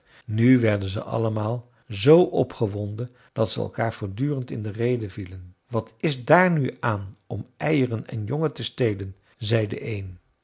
nu werden ze allemaal zoo opgewonden dat ze elkaar voortdurend in de rede vielen wat is daar nu aan om eieren en jongen te stelen zei de een